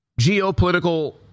geopolitical